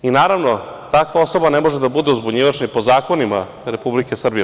Naravno, takva osoba ne može da bude uzbunjivač ni po zakonima Republike Srbije.